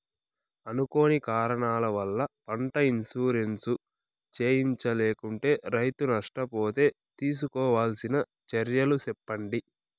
అనుకోని కారణాల వల్ల, పంట ఇన్సూరెన్సు చేయించలేకుంటే, రైతు నష్ట పోతే తీసుకోవాల్సిన చర్యలు సెప్పండి?